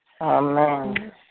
Amen